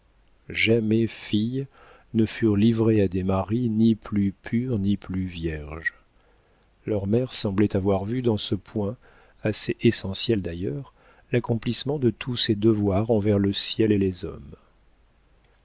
jamais filles ne furent livrées à des maris ni plus pures ni plus vierges leur mère semblait avoir vu dans ce point assez essentiel d'ailleurs l'accomplissement de tous ses devoirs envers le ciel et les hommes